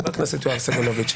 חבר הכנסת יואב סגלוביץ',